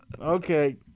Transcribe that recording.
Okay